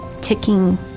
ticking